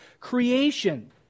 creation